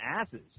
asses